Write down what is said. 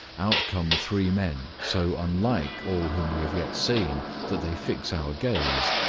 out come three men so unlike all whom we have yet seen that they fix our gaze,